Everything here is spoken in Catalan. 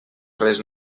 res